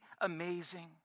amazing